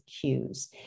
cues